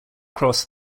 cross